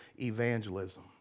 evangelism